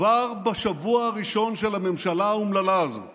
כבר בשבוע הראשון של הממשלה האומללה הזאת